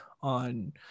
on